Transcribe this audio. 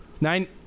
Nine